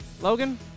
Logan